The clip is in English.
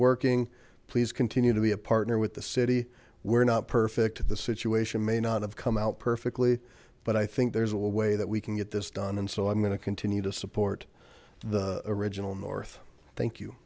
working please continue to be a partner with the city we're not perfect the situation may not have come out perfectly but i think there's a little way that we can get this done and so i'm going to continue to support the original north thank you